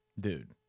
Dude